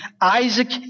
Isaac